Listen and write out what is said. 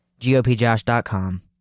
GOPjosh.com